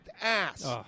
ass